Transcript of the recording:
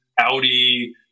Audi